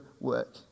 work